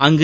அங்கு